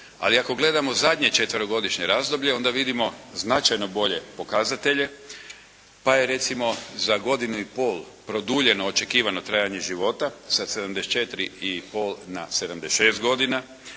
Ali ako gledamo zadnje četverogodišnje razdoblje onda vidimo značajno bolje pokazatelje pa je recimo za godinu i pol produljeno očekivano trajanje života sa 74 i pol na 76 godina.